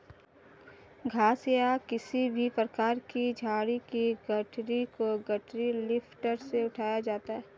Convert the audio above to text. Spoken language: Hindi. घास या किसी भी प्रकार की झाड़ी की गठरी को गठरी लिफ्टर से उठाया जाता है